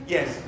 Yes